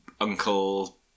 uncle